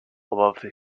above